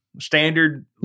standard